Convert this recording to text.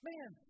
Man